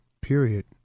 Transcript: period